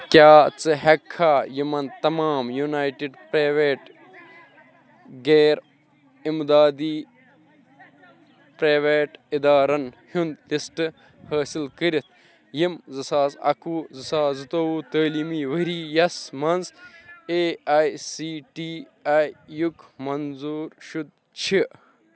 کیٛاہ ژٕ ہٮ۪کہٕ کھا یِمَن تمام یوٗنایٹِڈ پرٛایویٹ غیر اِمدادی پرٛایویٹ اِدارَن ہِنُد لِسٹ حٲصِل کٔرِتھ یِم زٕ ساس اَکہٕ وُہ زٕ ساس زٕتووُہ تٲلیٖمی ؤریَس منٛز A I C T E یُک منظوٗر شُد چھِ